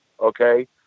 okay